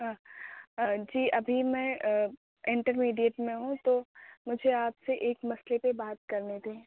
جی ابھی میں انٹرمیڈیٹ میں ہوں تو مجھے آپ سے ایک مسئلے پر بات کرنی تھی